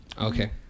Okay